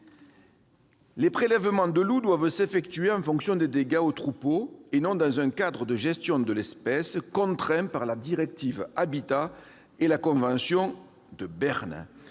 Les prélèvements de loups doivent s'effectuer en fonction des dégâts aux troupeaux et non dans un cadre de gestion de l'espèce contraint par la directive Habitats et la convention de Berne.